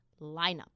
lineup